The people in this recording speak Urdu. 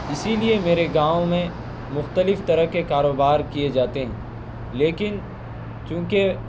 اسی لیے میرے گاؤں میں مختلف طرح کے کاروبار کیے جاتے ہیں لیکن چونکہ